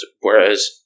whereas